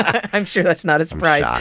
i'm sure that's not a surprise. yeah